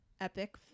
epic